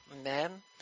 Amen